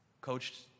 coached